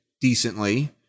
decently